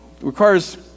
requires